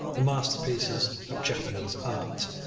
the masterpieces of japanese art.